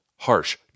harsh